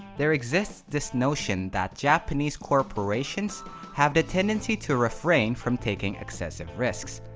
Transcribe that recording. there exists this notion that japanese corporations have the tendency to refrain from taking excessive risks